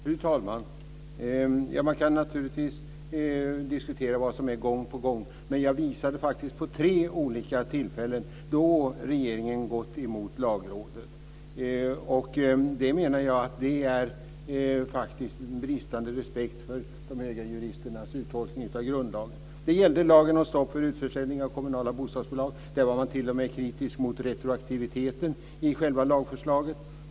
Fru talman! Man kan naturligtvis diskutera vad som är gång på gång, men jag visade faktiskt på tre olika tillfällen då regeringen gått emot Lagrådet. Det menar jag är bristande respekt för de höga juristernas uttolkning av grundlagen. Det gällde lagen om stopp för utförsäljning av kommunala bostadsbolag. Där var man t.o.m. kritisk mot retroaktiviteten i själva lagförslaget.